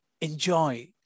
enjoy